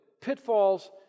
pitfalls